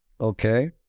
Okay